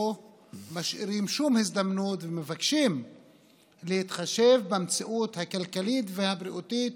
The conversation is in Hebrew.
לא משאירים שום הזדמנות ומבקשים להתחשב במציאות הכלכלית והבריאותית